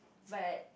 but